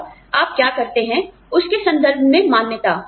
और आप क्या करते हैं उसके संदर्भ में मान्यता